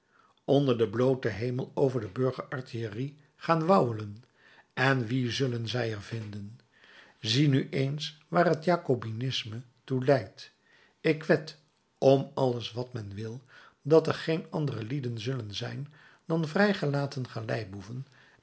onder den blooten hemel over de burger artillerie gaan wauwelen en wie zullen zij er vinden zie nu eens waar het jacobinisme toe leidt ik wed om alles wat men wil dat er geen andere lieden zullen zijn dan vrijgelaten